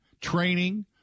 training